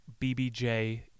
BBJ